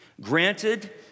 Granted